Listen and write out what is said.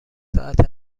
ساعت